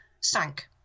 sank